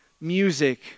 music